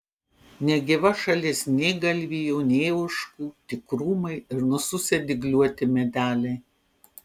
negyva šalis nei galvijų nei ožkų tik krūmai ir nususę dygliuoti medeliai